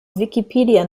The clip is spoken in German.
wikipedia